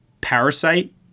Parasite